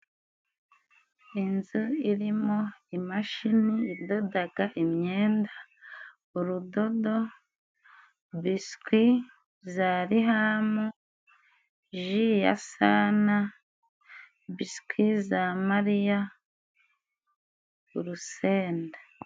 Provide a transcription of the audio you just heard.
Inzu irimo imashini idoda imyenda, urudodo, biswi za rihamu, ji yasana, biswi za mariya, urusenda.